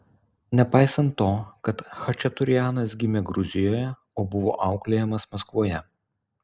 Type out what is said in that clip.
nepaisant to kad chačaturianas gimė gruzijoje o buvo auklėjamas maskvoje